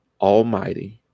almighty